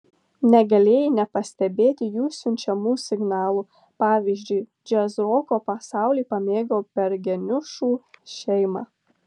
negalėjai nepastebėti jų siunčiamų signalų pavyzdžiui džiazroko pasaulį pamėgau per geniušų šeimą